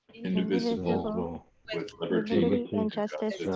indivisible, with liberty and justice